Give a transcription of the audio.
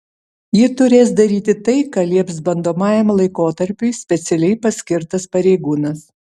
ji turės daryti tai ką lieps bandomajam laikotarpiui specialiai paskirtas pareigūnas